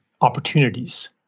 opportunities